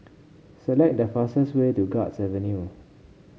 select the fastest way to Guards Avenue